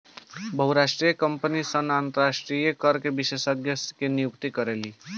बहुराष्ट्रीय कंपनी सन अंतरराष्ट्रीय कर विशेषज्ञ के नियुक्त करेली